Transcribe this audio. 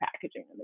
packaging